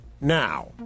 now